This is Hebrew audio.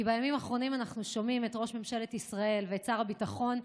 כי בימים האחרונים אנחנו שומעים את ראש ממשלת ישראל ואת שר הביטחון,